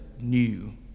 new